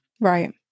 Right